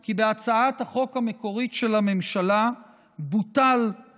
כי בהצעת החוק המקורית של הממשלה בוטלה